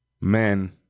men